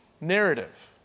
Narrative